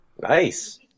Nice